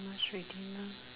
much ready mah